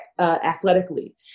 athletically